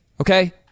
Okay